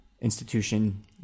institution